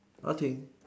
nothing